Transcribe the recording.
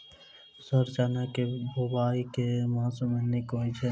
Sir चना केँ बोवाई केँ मास मे नीक होइ छैय?